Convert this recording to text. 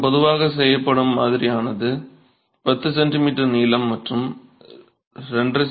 மற்றும் பொதுவாக செய்யப்படும் மாதிரியானது 10 cm நீளம் மற்றும் 2